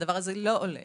הדבר הזה לא עולה.